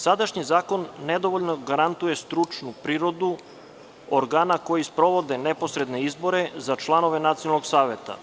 Sadašnji zakon nedovoljno garantuje stručnu prirodu organa koji sprovode neposredne izbore za članove Nacionalnog saveta.